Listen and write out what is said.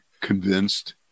convinced